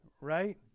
right